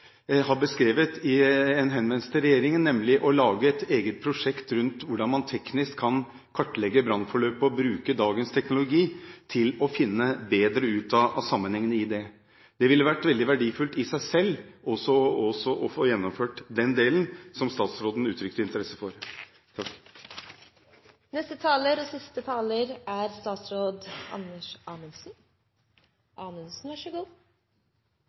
har beskrevet i en henvendelse til regjeringen, nemlig å lage et eget prosjekt om hvordan man teknisk kan kartlegge brannforløpet og bruke dagens teknologi til å finne bedre ut av sammenhengene i det. Det ville vært veldig verdifullt i seg selv å få gjennomført den delen som statsråden uttrykte interesse for. Jeg synes det er bra å registrere det engasjementet som er